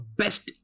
best